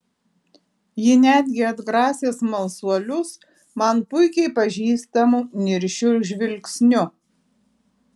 ji netgi atgrasė smalsuolius man puikiai pažįstamu niršiu žvilgsniu